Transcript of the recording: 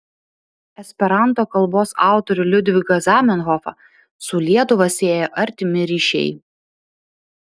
esperanto kalbos autorių liudviką zamenhofą su lietuva siejo artimi ryšiai